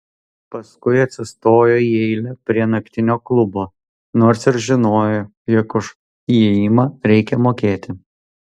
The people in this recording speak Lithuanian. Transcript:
paskui atsistojo į eilę prie naktinio klubo nors ir žinojo jog už įėjimą reikia mokėti